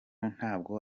ntabwo